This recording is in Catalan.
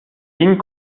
vint